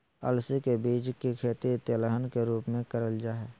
अलसी के बीज के खेती तेलहन के रूप मे करल जा हई